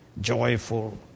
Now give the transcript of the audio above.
joyful